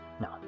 No